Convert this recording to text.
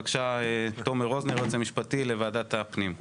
בבקשה, תומר רוזנר, היועץ המשפטי לוועדת הפנים.